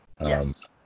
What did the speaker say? Yes